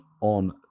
on